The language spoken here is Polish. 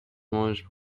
możesz